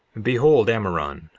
behold, ammoron,